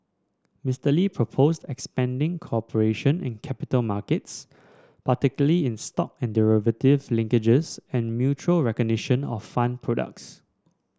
Mister Lee proposed expanding cooperation in capital markets particularly in stock and derivatives linkages and mutual recognition of fund products